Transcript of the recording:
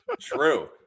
True